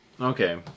Okay